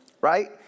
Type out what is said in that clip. Right